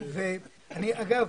אגב,